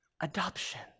Adoption